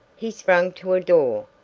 he sprang to a door,